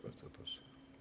Bardzo proszę.